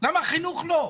למה חינוך לא?